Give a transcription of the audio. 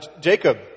Jacob